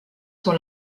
sur